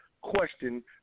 question